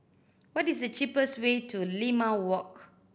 what is the cheapest way to Limau Walk